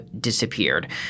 disappeared